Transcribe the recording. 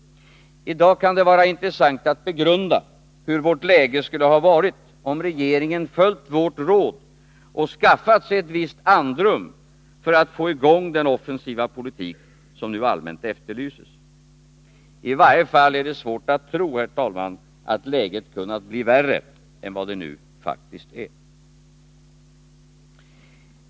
I dag kan det vara intressant att begrunda hur vårt läge skulle ha varit om regeringen hade följt vårt råd och skaffat sig ett visst andrum för att få i gång den offensiva politik som nu allmänt efterlyses. I varje fall är det svårt att tro, att läget hade kunnat bli värre än vad det nu faktiskt är.